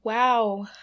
wow